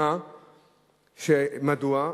מדוע?